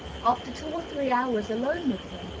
after two or three hours alone with him,